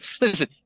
listen